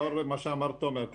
לאור מה שאמר פה תומר גוטהלף.